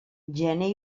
gener